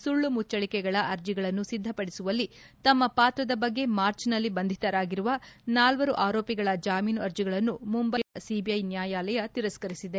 ಸುಳ್ದು ಮುಚ್ಲಳಿಕೆಗಳ ಅರ್ಜಿಗಳನ್ನು ಸಿದ್ದಪಡಿಸುವಲ್ಲಿನ ತಮ್ಮ ಪಾತ್ರದ ಬಗ್ಗೆ ಮಾರ್ಚ್ನಲ್ಲಿ ಬಂಧಿತರಾಗಿರುವ ನಾಲ್ವರು ಆರೋಪಿಗಳ ಜಾಮೀನು ಅರ್ಜಿಗಳನ್ನು ಮುಂಬೈನ ವಿಶೇಷ ಸಿಬಿಐ ನ್ಲಾಯಾಲಯ ತಿರಸ್ತರಿಸಿದೆ